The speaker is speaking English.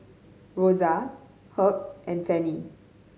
Rosa Herb and Fannie